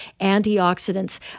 antioxidants